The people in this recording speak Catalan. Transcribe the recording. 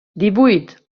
divuit